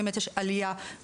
האם באמת יש עלייה בדיווחים?